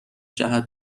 جهت